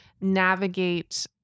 navigate